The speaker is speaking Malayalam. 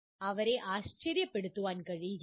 അവരെ ആശ്ചര്യപ്പെടുത്താൻ കഴിയില്ല